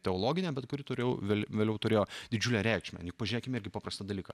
teologinė bet kuri turėjo vėliau turėjo didžiulę reikšmę juk pažiūrėkim irgi paprastą dalyką